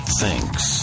thinks